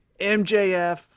MJF